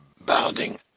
Bounding